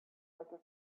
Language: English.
like